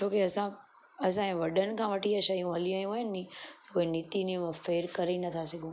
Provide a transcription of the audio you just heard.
छोकि असां असांजे वॾनि खां वठी इहा शयूं हली आयू आहिनि नी कोई नीति नियम फेर करे नथा सघूं